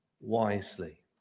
wisely